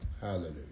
Hallelujah